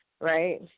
right